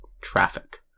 traffic